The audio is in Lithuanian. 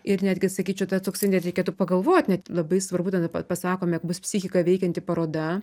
ir netgi sakyčiau ta toksai net reikėtų pagalvoti net labai svarbu ten pasakome bus psichiką veikianti paroda